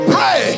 Pray